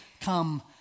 come